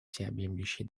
всеобъемлющей